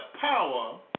power